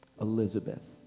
Elizabeth